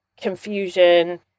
confusion